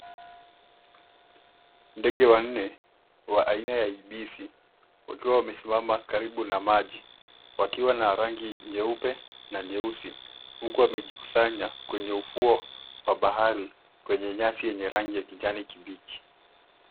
Ndege wanne wa aina ya ibisi wakiwa wamesimama karibu na maji wakiwa na rangi nyeupe na nyeusi huku wamejikusanya kwenye ufuo wa bahari kwenye nyasi yenye rangi ya kijani kibichi.